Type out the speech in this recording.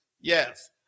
Yes